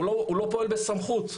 הוא לא פועל בסמכות.